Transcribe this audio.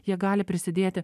jie gali prisidėti